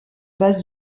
base